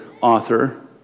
author